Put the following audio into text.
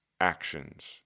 actions